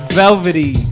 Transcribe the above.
velvety